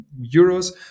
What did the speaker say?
euros